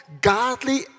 godly